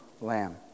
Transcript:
lamb